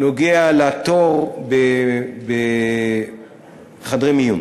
נוגע לתור בחדרי מיון.